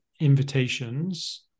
invitations